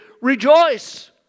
rejoice